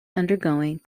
undergoing